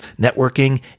networking